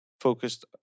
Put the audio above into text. focused